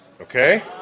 Okay